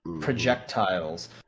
projectiles